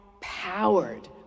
powered